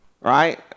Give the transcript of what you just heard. Right